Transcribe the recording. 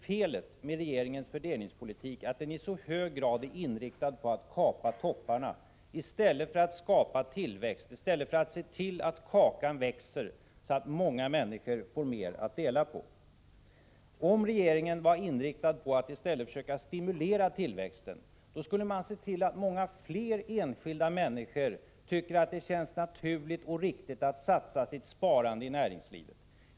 Felet med regeringens fördelningspolitik är just att den i så hög grad är inriktad på att kapa topparna i stället för att skapa tillväxt och se till att kakan växer så att många människor får mer att dela på. Om regeringen var inriktad på att i stället försöka stimulera tillväxten, då skulle man se till att många fler enskilda människor tyckte att det kändes Prot. 1985/86:87 naturligt och riktigt att satsa sitt sparande i näringslivet.